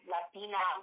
Latina